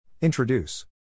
Introduce